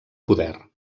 poder